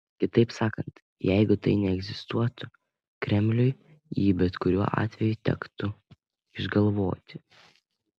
kitaip sakant jeigu tai neegzistuotų kremliui jį bet kurio atveju tektų išgalvoti